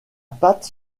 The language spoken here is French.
pâte